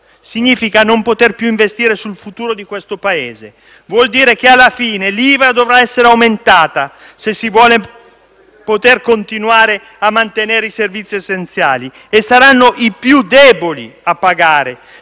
Significa non poter più investire sul futuro di questo Paese. Vuol dire che, alla fine, l'IVA dovrà essere aumentata, se vogliamo continuare a mantenere i servizi essenziali. E saranno i più deboli a pagare.